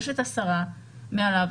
יש את השרה מעליו,